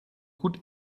gut